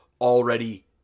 already